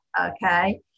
okay